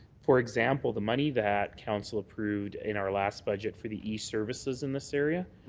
for example, the money that council approved in our last budget for the east services in this area,